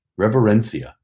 Reverencia